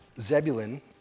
Zebulun